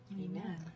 Amen